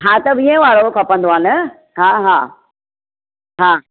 हा त वीह वारो खपंदो आहे न हा हा हा